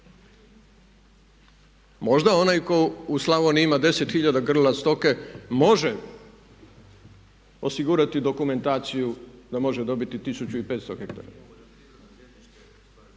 Možda onaj tko u Slavoniji ima 10 hiljada grla stoke može osigurati dokumentaciju da može dobiti 1500 hektara.